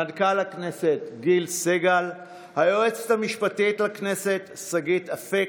מנכ"ל הכנסת גיל סגל; היועצת המשפטית לכנסת שגית אפיק,